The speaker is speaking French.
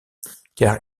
car